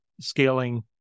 scaling